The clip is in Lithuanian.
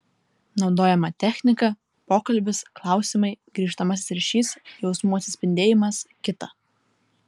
naudojama technika pokalbis klausimai grįžtamasis ryšys jausmų atspindėjimas kita